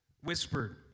whispered